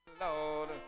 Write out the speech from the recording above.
Lord